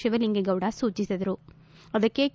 ಶಿವಲಿಂಗೇಗೌಡ ಸೂಚಿಸಿದರು ಅದಕ್ಕೆ ಕೆ